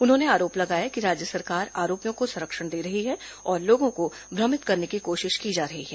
उन्होंने आरोप लगाया कि राज्य सरकार आरोपियों को संरक्षण दे रही है और लोगों को भ्रमित करने की कोशिश की जा रही है